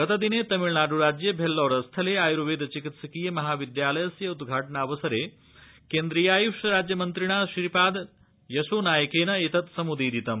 गतदिने तमिलनाड्राज्ये भेल्लौर स्थले आयुर्वेद चिकित्सकीय महाविद्यालयस्य उद्घाटनावसरे केन्द्रीयायुष्पाज्यमन्त्रिणा श्रीश्रीपादयशो नायकेन एतत् समुदीरितम्